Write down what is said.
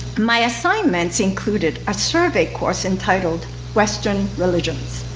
my assignments included a survey course entitled western religions.